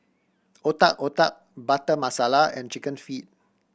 Otak Otak Butter Masala and Chicken Feet